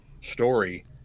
story